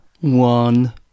One